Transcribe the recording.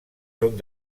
són